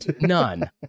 None